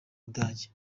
budage